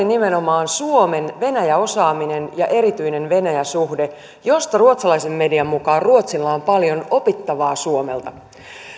nimenomaan suomen venäjä osaaminen ja erityinen venäjä suhde josta ruotsalaisen median mukaan ruotsilla on paljon opittavaa suomelta